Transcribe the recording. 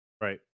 right